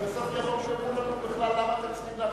בסוף יכול שיאמרו לנו בכלל: למה אתם צריכים להחליט?